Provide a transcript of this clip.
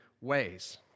ways